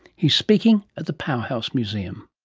he's speaking at the powerhouse museum.